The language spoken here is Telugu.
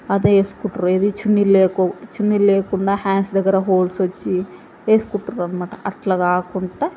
అదే వేసుకుంటున్నారు ఏది చున్నీలు లేకో చున్నీలు లేకుండా హాండ్స్ దగ్గర హోల్స్ వచ్చి వేసుకుంటున్నారు అన్నమాట అట్లా కాకుంటా